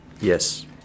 Yes